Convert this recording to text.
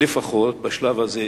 לפחות בשלב הזה,